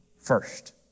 first